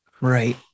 right